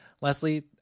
Leslie